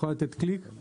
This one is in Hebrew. אני